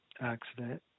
accident